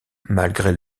malgré